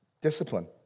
discipline